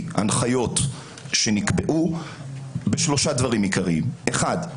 הנחיות שנקבעו בשלושה דברים עיקריים: דבר אחד,